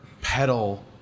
pedal